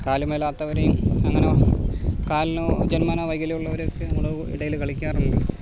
കാല് മേലാത്തവരേയും അങ്ങനെ കാലിനു ജന്മനാ വൈകല്ല്യമുള്ളവരെയൊക്കെ ഞങ്ങളുടെ ഇടയിൽ കളിക്കാറുണ്ട്